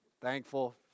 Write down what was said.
Thankful